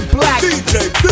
Black